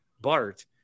BART